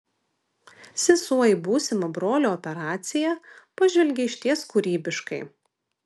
sesuo į būsimą brolio operaciją pažvelgė išties kūrybiškai